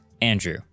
Andrew